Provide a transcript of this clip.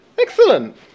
Excellent